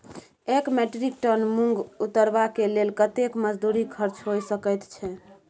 एक metric ton मूंग उतरबा के लेल कतेक मजदूरी खर्च होय सकेत छै?